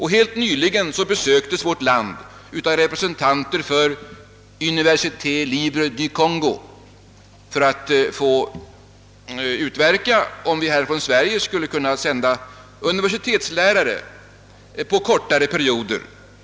| Helt nyligen besöktes vårt land av representanter för Université Libre du Congo, vilka skulle undersöka om det från Sverige kunde sändas universitets lärare till Kongo för kortare perioder.